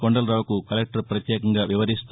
కొండలరావుకు collector పత్యేకంగా వివరిస్తూ